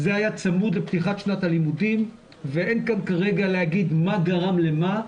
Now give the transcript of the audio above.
זה היה צמוד לפתיחת שנת הלימודים ואין כאן כרגע להגיד מה גרם למה,